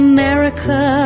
America